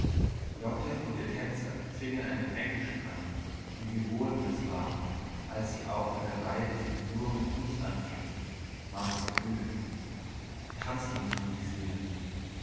lotte und ihr tänzer fingen einen englischen an und wie wohl mir's war als sie auch in der reihe die figur mit uns anfing magst du fühlen tanzen muß man sie sehen